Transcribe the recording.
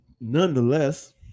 Nonetheless